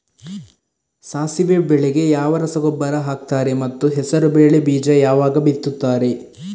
ಸಾಸಿವೆ ಬೆಳೆಗೆ ಯಾವ ರಸಗೊಬ್ಬರ ಹಾಕ್ತಾರೆ ಮತ್ತು ಹೆಸರುಬೇಳೆ ಬೀಜ ಯಾವಾಗ ಬಿತ್ತುತ್ತಾರೆ?